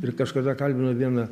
ir kažkada kalbino vieną